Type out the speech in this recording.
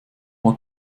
mal